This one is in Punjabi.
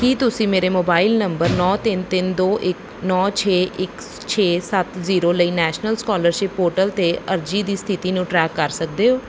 ਕੀ ਤੁਸੀਂ ਮੇਰੇ ਮੋਬਾਈਲ ਨੰਬਰ ਨੌ ਤਿੰਨ ਤਿੰਨ ਦੋ ਇੱਕ ਨੌ ਛੇ ਇੱਕ ਛੇ ਸੱਤ ਜ਼ੀਰੋ ਲਈ ਨੈਸ਼ਨਲ ਸਕੋਲਰਸ਼ਿਪ ਪੋਰਟਲ 'ਤੇ ਅਰਜ਼ੀ ਦੀ ਸਥਿਤੀ ਨੂੰ ਟਰੈਕ ਕਰ ਸਕਦੇ ਹੋ